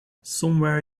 somewhere